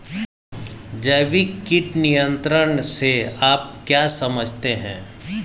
जैविक कीट नियंत्रण से आप क्या समझते हैं?